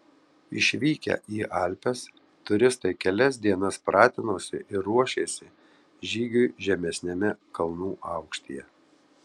išvykę į alpes turistai kelias dienas pratinosi ir ruošėsi žygiui žemesniame kalnų aukštyje